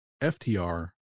FTR